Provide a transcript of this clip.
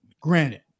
granted